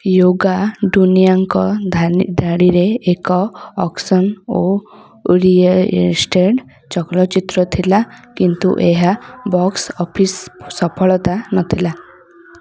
yoga ଡୁନିଆଙ୍କ ଧାଡ଼ିରେ ଏକ ଆକ୍ସନ୍ ଓ ଓରିଏନଟେଡ଼୍ ଚଳଚ୍ଚିତ୍ର ଥିଲା କିନ୍ତୁ ଏହା ବକ୍ସ ଅଫିସ୍ ସଫଳତା ନଥିଲା